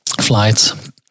flights